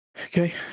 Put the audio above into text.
Okay